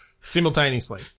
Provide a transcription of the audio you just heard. Simultaneously